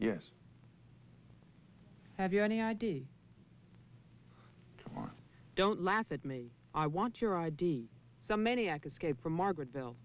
yes have you any id on don't laugh at me i want your id some maniac escape from margaretvill